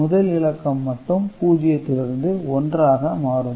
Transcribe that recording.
முதல் இலக்கம் மட்டும் பூஜ்ஜியத்தில் இருந்து1 ஆக மாறும்